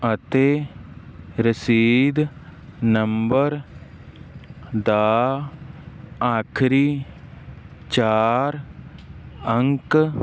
ਅਤੇ ਰਸੀਦ ਨੰਬਰ ਦਾ ਆਖਰੀ ਚਾਰ ਅੰਕ